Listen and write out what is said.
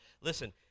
listen